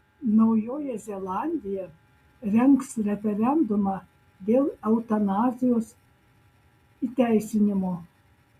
naujoji zelandija rengs referendumą dėl eutanazijos įteisinimo